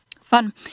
Fun